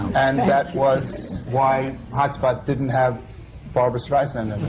and that was why hot spot didn't have barbra streisand